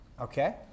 Okay